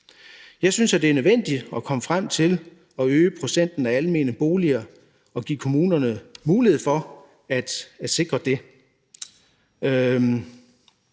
Jeg synes, det er nødvendigt at komme frem til at øge procenten af almene boliger og give kommunerne mulighed for at sikre det.